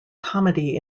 comedy